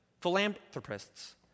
philanthropists